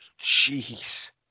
Jeez